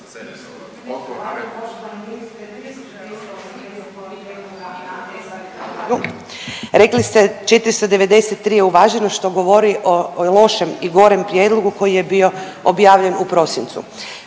rekli ste 493 je uvaženo što govori o lošem i gorem prijedlogu koji je bio objavljen u prosincu.